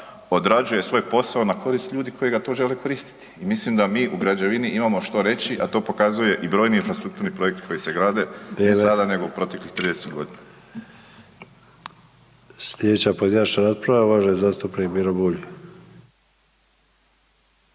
odrađuje svoj posao na korist ljudi koji ga to žele koristiti. Mislim da mi u građevini imamo što reći a to pokazuje i brojni infrastrukturni projekti koji se grade ne sada nego proteklih 30 godina. **Sanader, Ante (HDZ)** Vrijeme.